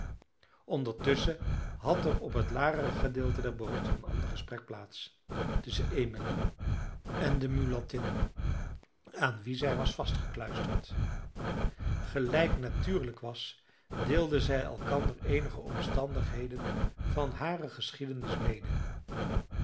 ondertusschen had er op het lagere gedeelte der boot een ander gesprek plaats tusschen emmeline en de mulattin aan wie zij was vastgekluisterd gelijk natuurlijk was deelden zij elkander eenige omstandigheden van hare geschiedenis mede